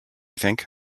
think